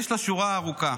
יש לה שורה ארוכה.